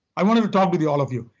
i want to to talk with all of you.